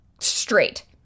straight